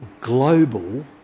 global